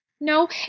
no